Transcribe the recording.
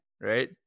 right